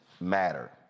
matter